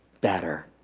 better